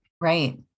Right